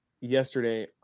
yesterday